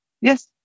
Yes